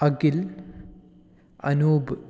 Akhil Anoop